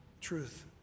truth